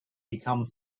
become